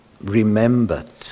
remembered